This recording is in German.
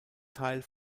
teil